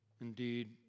Indeed